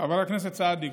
חבר הכנסת סעדי,